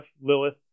Lilith